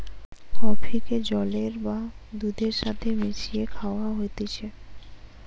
কফিকে জলের বা দুধের সাথে মিশিয়ে খায়া হতিছে